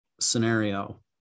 scenario